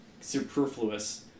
superfluous